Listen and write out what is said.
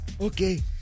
Okay